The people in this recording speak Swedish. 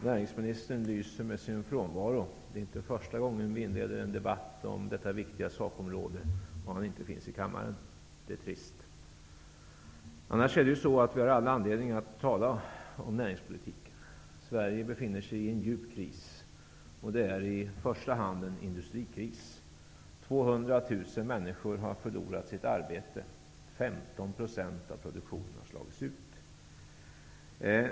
Näringsministern lyser med sin frånvaro. Det är inte första gången vi inleder en debatt inom detta viktiga sakområde utan att han finns i kammaren. Det är trist. Vi har ju all anledning att tala om näringspolitik. Sverige befinner sig i en djup kris. Det är i första hand en industrikris. 200 000 människor har förlorat sina arbeten, 15 % av produktionen har slagits ut.